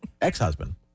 ex-husband